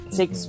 six